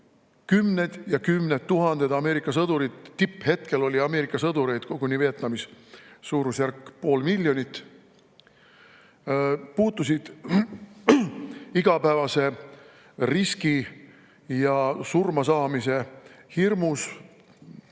kümned ja kümned tuhanded Ameerika sõdurid – tipphetkel oli Ameerika sõdureid Vietnamis koguni suurusjärk pool miljonit – puutusid igapäevase riski ja surmasaamise hirmus